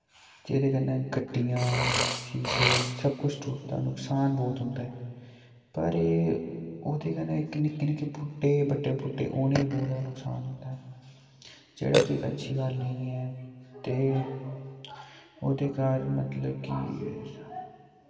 ते एह्दे कन्नै गड्डियां शीशे सब कुछ टुटदा नुकसान बोह्त होंदा ऐ पर एह् ओह्दे कन्नै इक निक्के निक्के बूह्टे बड्डे बूह्टे उने बोह्त नुकसान होंदा ऐ जेह्ड़ा कि इक अच्छी गल्ल नेईं ऐ ते ओह्दे कारण मतलब कि